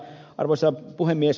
arvoisa puhemies